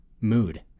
mood